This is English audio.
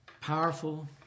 powerful